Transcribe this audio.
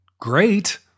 great